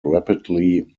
rapidly